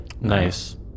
Nice